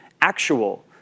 actual